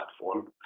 platform